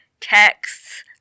texts